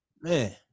Man